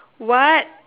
what